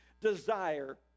desire